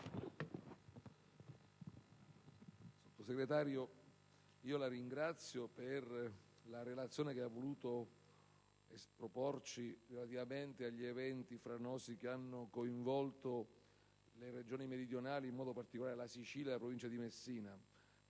sottosegretario Bertolaso, la ringrazio per la relazione che ha voluto sottoporci relativamente agli eventi franosi che hanno coinvolto le Regioni meridionali, in modo particolare la Sicilia e la Provincia di Messina.